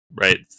right